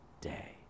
day